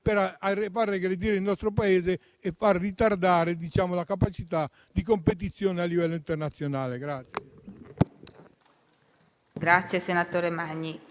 per far regredire il nostro Paese e per far ritardare la sua capacità di competizione a livello internazionale.